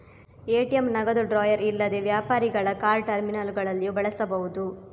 ATM ನಗದು drawer ಇಲ್ಲದೆ ವ್ಯಾಪಾರಿಗಳ ಕಾರ್ಡ್ ಟರ್ಮಿನಲ್ಲುಗಳಲ್ಲಿಯೂ ಬಳಸಬಹುದು